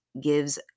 gives